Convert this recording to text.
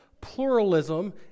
Pluralism